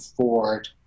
Ford